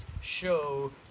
show